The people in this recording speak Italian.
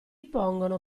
pongono